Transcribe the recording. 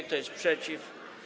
Kto jest przeciw?